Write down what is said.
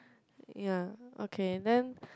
yea okay then